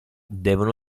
devono